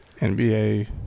NBA